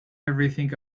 everything